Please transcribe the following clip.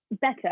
better